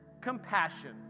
compassion